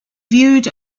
viewed